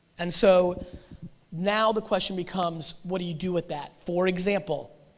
and so now the question becomes what do you do with that? for example,